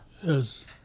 Yes